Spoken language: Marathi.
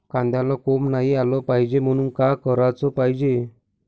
कांद्याला कोंब नाई आलं पायजे म्हनून का कराच पायजे?